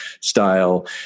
style